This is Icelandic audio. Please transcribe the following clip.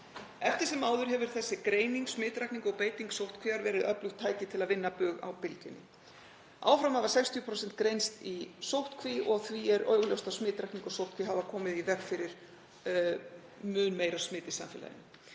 Eftir sem áður hefur þessi greining; smitrakning og beiting sóttkvíar, verið öflugt tæki til að vinna bug á bylgjunni. Áfram hafa 60% greinst í sóttkví og því er augljóst að smitrakning og sóttkví hafa komið í veg fyrir mun meira smit í samfélaginu.